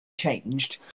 changed